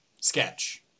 sketch